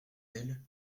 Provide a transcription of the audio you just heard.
elle